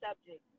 subject